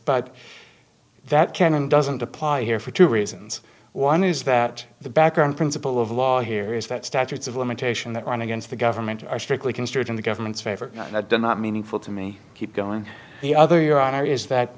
but that can and doesn't apply here for two reasons one is that the background principle of law here is that statutes of limitation that run against the government are strictly construed in the government's favor and i do not meaningful to me keep going the other your honor is that